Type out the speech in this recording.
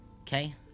Okay